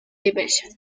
division